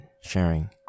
sharing